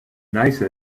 nice